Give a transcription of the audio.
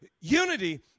unity